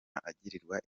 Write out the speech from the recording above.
agirwa